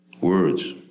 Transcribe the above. words